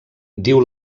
diu